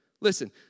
Listen